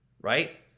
right